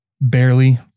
barely